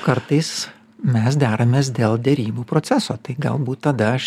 kartais mes deramės dėl derybų proceso tai galbūt tada aš